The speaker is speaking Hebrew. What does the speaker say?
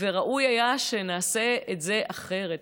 וראוי היה שנעשה את זה אחרת.